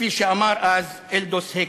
כפי שאמר אז אלדוס הקסלי.